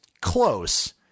close